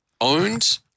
owned